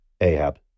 Ahab